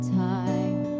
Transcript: time